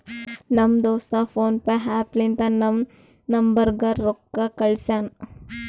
ನಮ್ ದೋಸ್ತ ಫೋನ್ಪೇ ಆ್ಯಪ ಲಿಂತಾ ನನ್ ನಂಬರ್ಗ ರೊಕ್ಕಾ ಕಳ್ಸ್ಯಾನ್